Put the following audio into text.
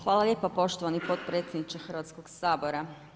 Hvala lijepo poštovani potpredsjedniče Hrvatskog sabora.